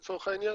לצורך העניין,